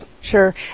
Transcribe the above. Sure